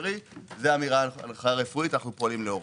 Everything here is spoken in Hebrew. זו הנחיה רפואית, אנו פועלים לפיה.